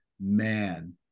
man